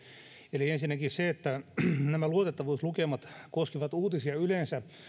eli ensinnäkin se että nämä luotettavuuslukemat koskevat uutisia yleensä